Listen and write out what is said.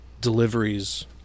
deliveries